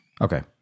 Okay